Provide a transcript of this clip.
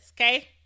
okay